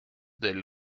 del